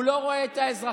הוא לא רואה את האזרחים,